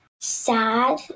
sad